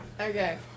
okay